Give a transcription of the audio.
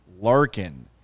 Larkin